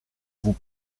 vous